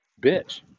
bitch